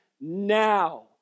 now